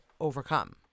overcome